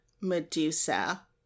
Medusa